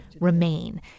remain